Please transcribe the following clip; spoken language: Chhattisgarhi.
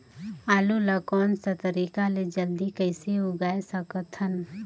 आलू ला कोन सा तरीका ले जल्दी कइसे उगाय सकथन?